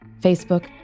Facebook